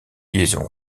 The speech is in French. liaison